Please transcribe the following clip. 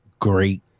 great